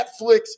Netflix